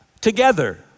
together